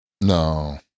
No